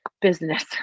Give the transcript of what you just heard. business